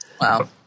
Wow